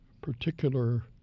particular